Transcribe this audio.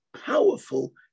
powerful